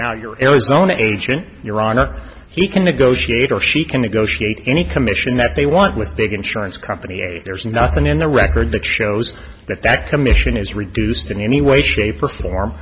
now your arizona agent your honor he can negotiate or she can negotiate any commission that they want with big insurance company there's nothing in the record that shows that that commission is reduced in any way shape or form